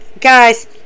Guys